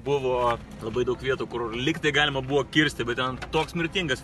buvo labai daug vietų kur lygtai galima buvo kirsti bet ten toks mirtingas